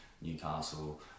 newcastle